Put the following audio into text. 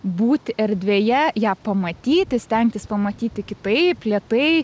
būti erdvėje ją pamatyti stengtis pamatyti kitaip lėtai